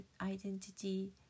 identity